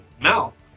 mouth